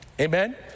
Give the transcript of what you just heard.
Amen